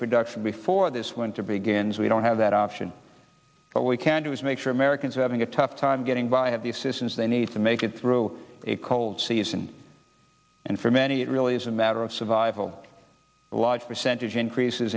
production before this winter begins we don't have that option but we can do is make sure americans are having a tough time getting by have the assistance they need to make it through a cold season and for many it really is a matter of survival a large percentage increases